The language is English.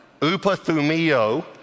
Upathumio